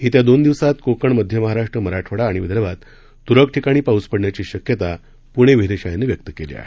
येत्या दोन दिवसात कोकण मध्य महाराष्ट्र मराठवाडा आणि विदर्भात तुरळक ठिकाणी पाऊस पड्ण्याची शक्यता पुणे वेधशाळेनं व्यक्त केली आहे